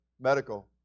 medical